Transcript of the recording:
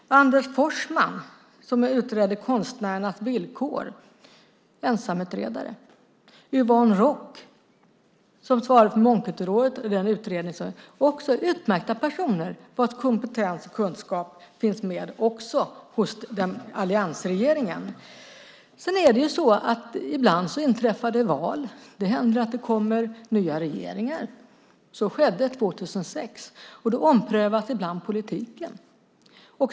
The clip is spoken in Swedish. Anders Forsman utredde konstnärernas villkor. Det var en ensamutredare. Yvonne Rock svarade för utredningen om mångkulturåret. Detta är utmärkta personer vilkas kompetens och kunskap också finns med hos alliansregeringen. Ibland inträffar det val, och det händer att det blir en ny regering. Så skedde 2006. Då omprövas ibland politiken.